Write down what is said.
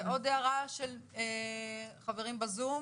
עוד הערה של אורחים מהזום,